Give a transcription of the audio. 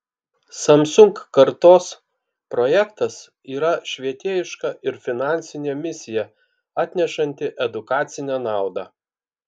samsung kartos projektas yra švietėjiška ir finansinė misija atnešanti edukacinę naudą